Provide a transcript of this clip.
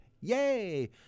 Yay